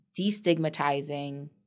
destigmatizing